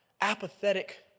apathetic